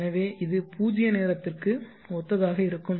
எனவே இது பூஜ்ஜிய நேரத்திற்கு ஒத்ததாக இருக்கும்